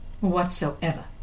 whatsoever